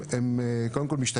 היא לא לגבי הגבלה למשל.